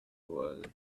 world